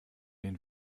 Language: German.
den